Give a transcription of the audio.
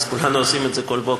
אז כולנו עושים את זה כל בוקר.